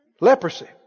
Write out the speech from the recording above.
Leprosy